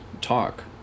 talk